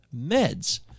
meds